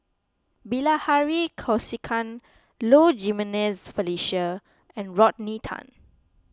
Bilahari Kausikan Low Jimenez Felicia and Rodney Tan